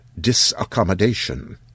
disaccommodation